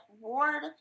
Ward